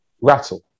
rattle